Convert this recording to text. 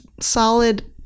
solid